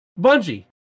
Bungie